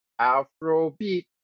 Afrobeat